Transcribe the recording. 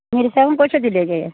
मिरसांग कश्यो दिले गे